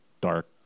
dark